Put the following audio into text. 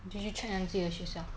did you 称赞自己的学校